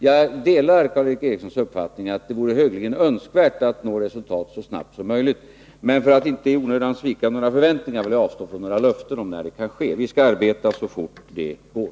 Jag delar Karl Erik Erikssons uppfattning att det vore högeligen önskvärt att nå resultat snabbt, men för att inte i onödan svika några förväntningar skall jag avstå från att ge löften om när en förenkling kan ske. Vi skall arbeta så fort det går.